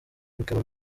bikaba